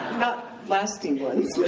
not lasting ones.